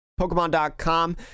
Pokemon.com